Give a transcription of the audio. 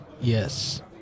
Yes